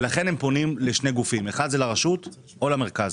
ולכן הם פונים לשני גופים כאשר האחד הוא הרשות והשני הוא המרכז.